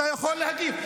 אתה יכול להגיב.